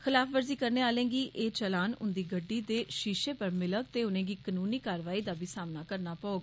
खलाफवर्जी करने आह्लें गी एह् चालान उंदी गड्डी दे शीशे परा मिलग ते उनेंगी कनूनी कार्रवाई दा बी सामना करनापौग